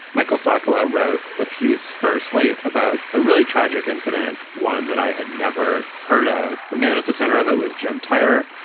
michael socolow wrote a piece for slate about a really tragic incident, one that i had never heard of. the man at the center of it was jim tyrer,